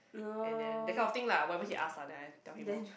and then that kind of thing lah whatever he ask lah then I tell him loh